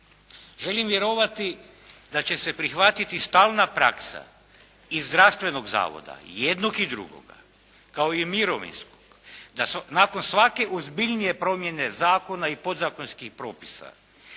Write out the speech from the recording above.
Želim vjerovati da će se prihvatiti stalna praksa iz zdravstvenog zavoda jednog i drugog kao i mirovinskog da nakon svake ozbiljnije promjene zakona i podzakonskih propisa